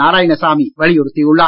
நாராயணசாமி வலியுறுத்தியுள்ளார்